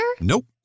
Nope